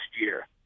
year